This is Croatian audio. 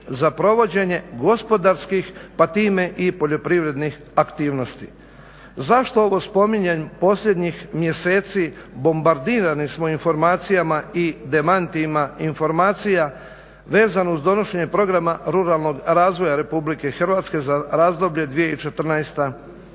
za provođenje gospodarskih pa time i poljoprivrednih aktivnosti. Zašto ovo spominjem posljednjih mjeseci bombardirani smo informacijama i demantima informacija vezano uz donošenje programa ruralnog razvoja Republike Hrvatske za razdoblje